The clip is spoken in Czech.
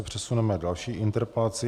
Přesuneme se k další interpelaci.